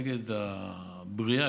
נגד הבריאה,